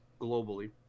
globally